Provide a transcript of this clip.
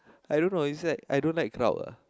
I don't know it's like I don't like crowd ah